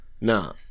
No